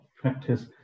practice